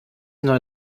neue